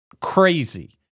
Crazy